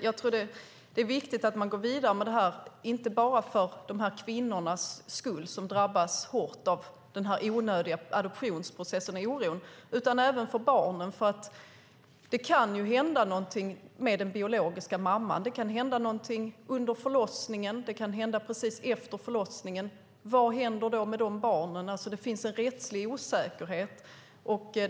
Jag tror att det är viktigt att man går vidare med det här inte bara för de här kvinnornas skull som drabbas hårt av den här onödiga adoptionsprocessen och oron, utan även för barnen. Det kan ju hända någonting med den biologiska mamman. Det kan hända någonting under förlossningen eller precis efter förlossningen. Vad händer då med barnet? Det finns en rättslig osäkerhet.